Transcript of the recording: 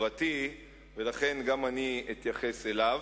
הכלכלי-החברתי, ולכן גם אני אתייחס אליו,